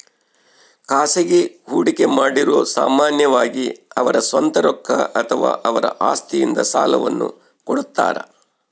ಖಾಸಗಿ ಹೂಡಿಕೆಮಾಡಿರು ಸಾಮಾನ್ಯವಾಗಿ ಅವರ ಸ್ವಂತ ರೊಕ್ಕ ಅಥವಾ ಅವರ ಆಸ್ತಿಯಿಂದ ಸಾಲವನ್ನು ಕೊಡುತ್ತಾರ